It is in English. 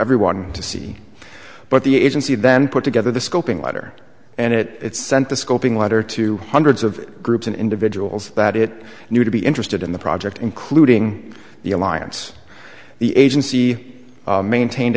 everyone to see but the agency then put together the scoping letter and it sent the scoping letter to hundreds of groups and individuals that it knew to be interested in the project including the alliance the agency maintain